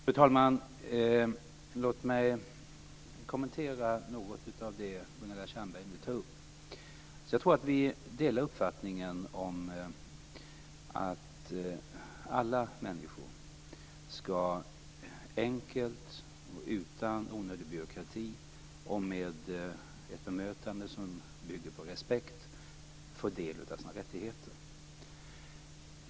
Fru talman! Låt mig kommentera något av det som Gunilla Tjernberg nu tagit upp. Jag tror att vi delar uppfattningen att alla människor skall enkelt, utan onödig byråkrati och med ett bemötande som bygger på respekt få del av sina rättigheter.